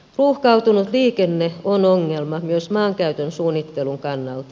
ruuhkautunut liikenne on ongelma myös maankäytön suunnittelun kannalta